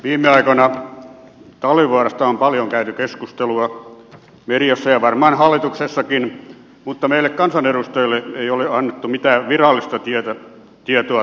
viime aikoina talvivaarasta on paljon käyty keskustelua mediassa ja varmaan hallituksessakin mutta meille kansanedustajille ei ole annettu mitään virallista tietoa tilanteesta